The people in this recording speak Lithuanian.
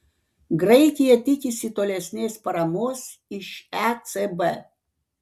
graikija tikisi tolesnės paramos iš ecb